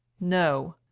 no!